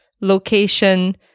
location